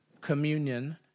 communion